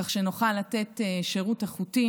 כך שנוכל לתת שירות איכותי,